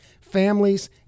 families